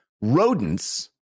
Rodents